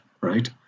right